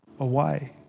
Away